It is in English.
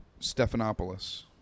Stephanopoulos